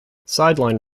sideline